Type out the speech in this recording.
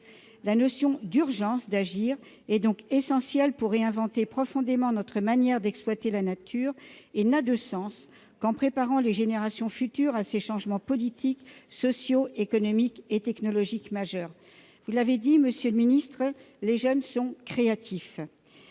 La notion d'« urgence d'agir » est donc essentielle pour réinventer profondément notre manière d'exploiter la nature et n'a de sens que si l'on prépare les générations futures à ces changements politiques, sociaux, économiques et technologiques majeurs. Vous l'avez dit, monsieur le ministre : les jeunes sont créatifs.